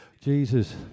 Jesus